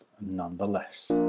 nonetheless